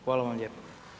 Hvala vam lijepo.